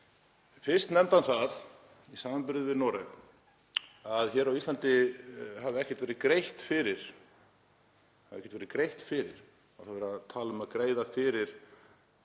Fyrst nefndi hann það í samanburði við Noreg að hér á Íslandi hafi ekkert verið greitt fyrir. Hvað er verið að tala um að greiða fyrir?